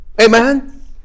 Amen